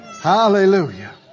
Hallelujah